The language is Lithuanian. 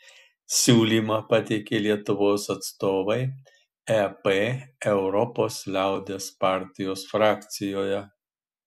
siūlymą pateikė lietuvos atstovai ep europos liaudies partijos frakcijoje